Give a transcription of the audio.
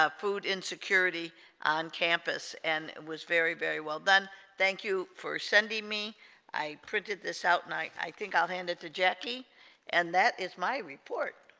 ah food insecurity on campus and it was very very well done thank you for sending me i printed this out night i think i'll hand it to jackie and that is my report